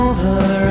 Over